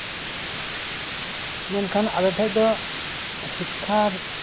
ᱢᱮᱱᱠᱷᱟᱱ ᱟᱞᱮ ᱴᱷᱮᱡ ᱫᱚ ᱥᱤᱠᱠᱷᱟ